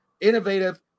Innovative